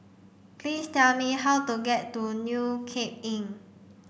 please tell me how to get to New Cape Inn